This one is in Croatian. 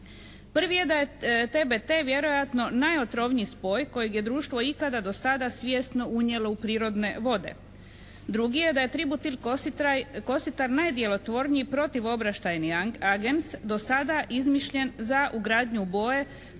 Prvi je da je TBT vjerojatno najotrovniji spoj kojeg je društvo ikada do sada svjesno unijelo u prirodne vode. Drugi je da je tributil kositar najdjelotvorniji protivobraštajni agens do sada izmišljen za ugradnju u boje